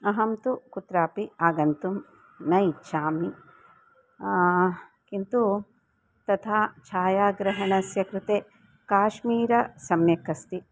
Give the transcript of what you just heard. अहं तु कुत्रापि आगन्तुं न इच्छामि किन्तु तथा छाया ग्रहणस्य कृते काश्मीरः सम्यक् अस्ति